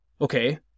Okay